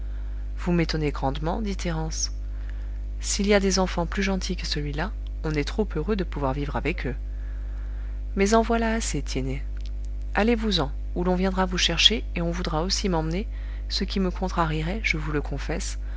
vous m'étonnez grandement dit thérence s'il y a des enfants plus gentils que celui-là on est trop heureux de pouvoir vivre avec eux mais en voilà assez tiennet allez-vous-en ou l'on viendra vous chercher et on voudra aussi m'emmener ce qui me contrarierait je vous le confesse